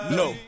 no